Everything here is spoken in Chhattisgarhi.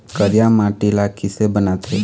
करिया माटी ला किसे बनाथे?